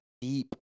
deep